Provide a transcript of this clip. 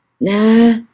Nah